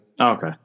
Okay